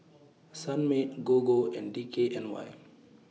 Sunmaid Gogo and D K N Y